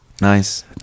Nice